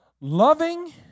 loving